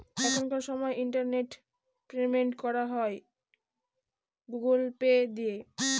এখনকার সময় internet payment করা হয় গুগুল পে দিয়ে